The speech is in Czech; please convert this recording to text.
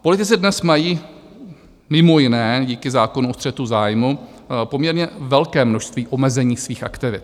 Politici dnes mají mimo jiné díky zákonu o střetu zájmů poměrně velké množství omezení svých aktivit.